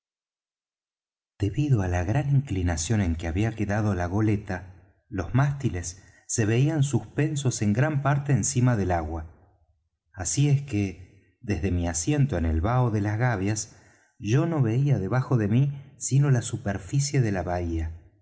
debido á la gran inclinación en que había quedado la goleta los mástiles se veían suspensos en gran parte encima del agua así es que desde mi asiento en el bao de las gavias yo no veía debajo de mí sino la superficie de la bahía